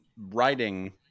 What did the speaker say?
writing